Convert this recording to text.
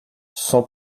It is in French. cent